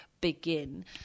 begin